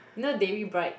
you know Dayre bride